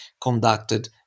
conducted